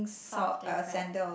fourth difference